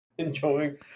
Enjoying